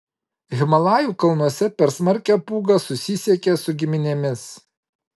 himalajų kalnuose per smarkią pūgą susisiekė su giminėmis